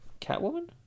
Catwoman